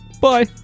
Bye